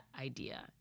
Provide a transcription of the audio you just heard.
idea